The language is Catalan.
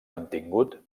mantingut